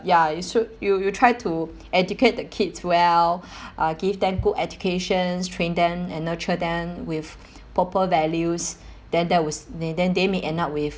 ya you should you you try to educate the kids well uh give them good educations train them and nurture them with proper values then that was they then they may end up with